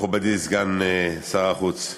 מכובדי סגן שר החוץ,